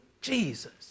Jesus